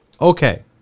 okay